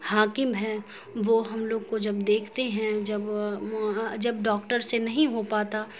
حکیم ہیں وہ ہم لوگ کو جب دیکھتے ہیں جب جب ڈاکٹر سے نہیں ہو پاتا